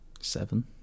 Seven